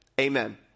Amen